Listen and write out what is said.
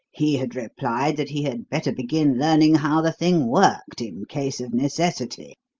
he had replied that he had better begin learning how the thing worked in case of necessity,